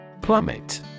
Plummet